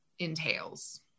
entails